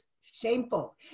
shameful